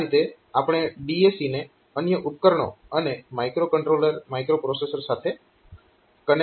તો આ રીતે આપણે DAC ને અન્ય ઉપકરણો અને માઇક્રોકંટ્રોલર માઇક્રોપ્રોસેસર સાથે કનેક્ટ કરી શકીએ છીએ